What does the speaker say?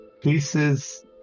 Pieces